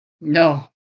no